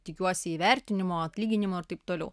tikiuosi įvertinimo atlyginimo ir taip toliau